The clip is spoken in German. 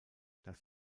das